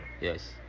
yes